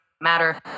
matter